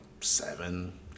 seven